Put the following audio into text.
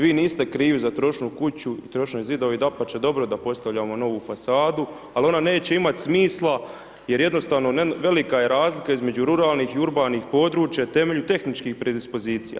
Vi niste krivi za trošnu kuću i trošne zidove i dapače, dobro je da postavljamo novu fasadu ali ona neće imati smisla jer jednostavno velika je razlika između ruralnih i urbanih područja i temelj tehničkih predispozicija.